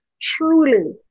truly